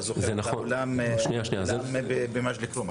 אתה זוכר במג'ד אל כרום.